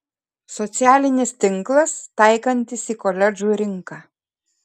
socialinis tinklas taikantis į koledžų rinką